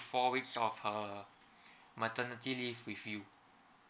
four weeks of her maternity leave with you